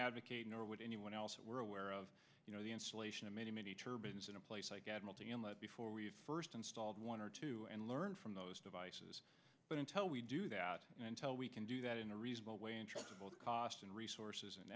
advocate nor would anyone else that we're aware of you know the installation of many many turbines in a place like adults before we first installed one or two and learn from those devices but until we do that until we can do that in a reasonable way and cost and resources and